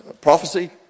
Prophecy